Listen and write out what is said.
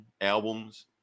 albums